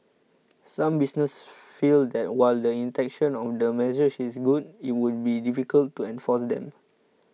some businesses feel that while the intention of the measures is good it would be difficult to enforce them